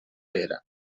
era